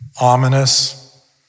Ominous